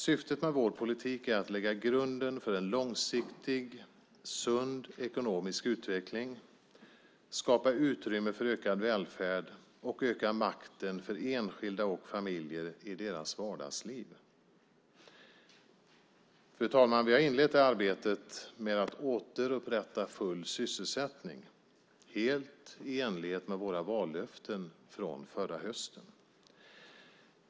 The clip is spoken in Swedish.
Syftet med vår politik är att lägga grunden för en långsiktig och sund ekonomisk utveckling, skapa utrymme för ökad välfärd och öka makten för enskilda och familjer i deras vardagsliv. Fru talman! Vi har inlett arbetet med att återupprätta full sysselsättning helt i enlighet med våra vallöften från förra hösten.